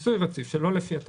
שלא לפי הטבעות,